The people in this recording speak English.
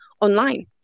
online